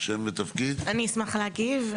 אני אשמח להגיב.